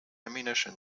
ammunition